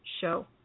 show